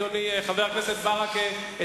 אדוני חבר הכנסת ברכה,